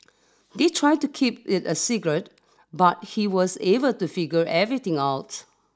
they tried to keep it a secret but he was able to figure everything out